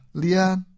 lian